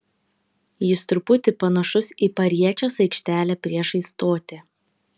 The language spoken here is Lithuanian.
jis truputį panašus į pariečės aikštelę priešais stotį